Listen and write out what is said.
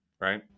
right